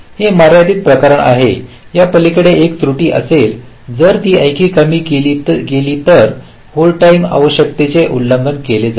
हे मर्यादित प्रकरण आहे यापलीकडे एक त्रुटी असेल जर ती आणखी कमी केली गेली तर होल्ड टाइम आवश्यकताचे उल्लंघन केले जाईल